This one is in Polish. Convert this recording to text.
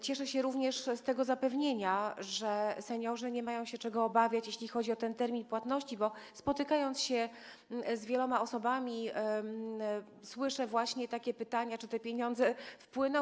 Cieszę się również z tego zapewnienia, że seniorzy nie mają się czego obawiać, jeśli chodzi o termin płatności, bo spotykając się z wieloma osobami, słyszę właśnie takie pytania o to, czy te pieniądze wpłyną.